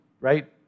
right